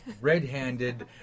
red-handed